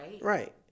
Right